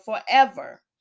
forever